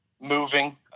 moving